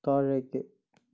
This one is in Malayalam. താഴേക്ക്